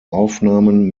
aufnahmen